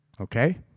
okay